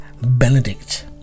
benedict